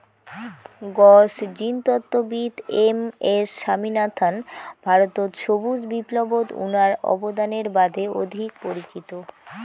গছ জিনতত্ত্ববিদ এম এস স্বামীনাথন ভারতত সবুজ বিপ্লবত উনার অবদানের বাদে অধিক পরিচিত